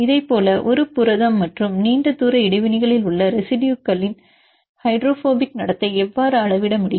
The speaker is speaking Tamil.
இதைப் போல ஒரு புரதம் மற்றும் நீண்ட தூர இடைவினைகளில் உள்ள ரெசிடுயுகளின் ஹைட்ரோபோபிக் நடத்தை எவ்வாறு அளவிட முடியும்